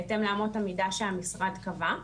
בהתאם לאמות המידה שהמשרד קבע.